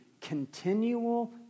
continual